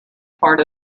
part